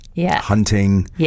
hunting